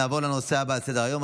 נעבור לנושא הבא על סדר-היום,